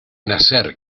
nacer